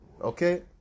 okay